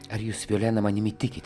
ar jūs violena manimi tikit